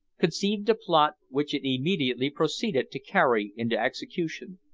conceived a plot which it immediately proceeded to carry into execution.